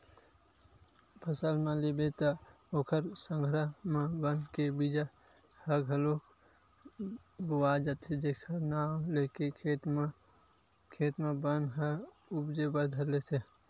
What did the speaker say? फसल ल बोबे त ओखर संघरा म बन के बीजा ह घलोक बोवा जाथे जेखर नांव लेके खेत म बन ह उपजे बर धर लेथे